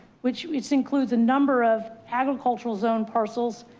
which is includes a number of agricultural zone parcels.